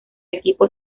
equipo